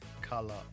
Color